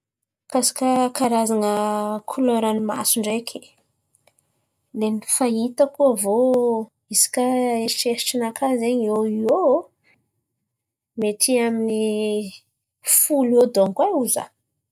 Mikasika karazan̈a kolerany maso ndreky, lainy fahitako aviô misy kà eritreritrinakà zen̈y iô iô mety amin'ny folo iô donko e ho za.